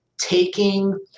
taking